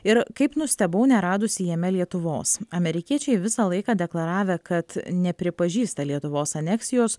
ir kaip nustebau neradusi jame lietuvos amerikiečiai visą laiką deklaravę kad nepripažįsta lietuvos aneksijos